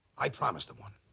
i promised them one.